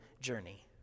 journey